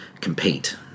compete